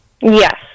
Yes